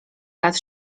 lat